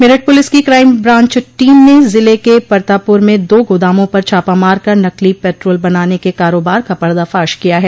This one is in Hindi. मेरठ पुलिस की क्राइम ब्रांच टीम न ज़िले के परतापूर में दो गोदामों पर छापा मार कर नकली पेट्रोल बनाने के कारोबार का पर्दाफाश किया है